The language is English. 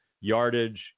yardage